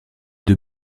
deux